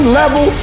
level